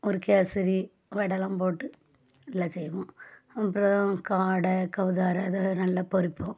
ஒரு கேசரி வடைலாம் போட்டு நல்லா செய்வோம் அப்புறோம் காடை கௌதாரி அதை நல்லா பொரிப்போம்